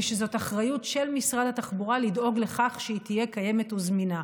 ושזאת אחריות של משרד התחבורה לדאוג לכך שהיא תהיה קיימת וזמינה.